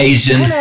Asian